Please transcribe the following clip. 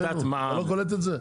אתה לא קולט את זה?